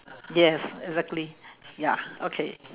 yes exactly ya okay